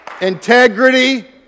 integrity